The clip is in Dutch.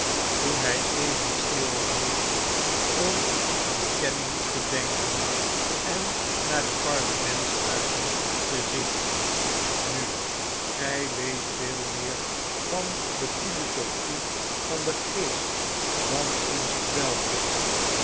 toen hg even stilhield om aan canning te denken en naar de parlement's huizen te zien nu gg weet veel meer van de philosophie van den geest dan onze